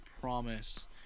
promise